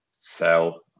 sell